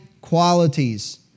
qualities